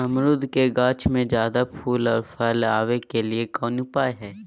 अमरूद के गाछ में ज्यादा फुल और फल आबे के लिए कौन उपाय है?